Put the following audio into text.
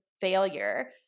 failure